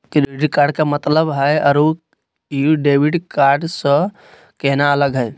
Credit card के का मतलब हई अरू ई डेबिट कार्ड स केना अलग हई?